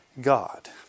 God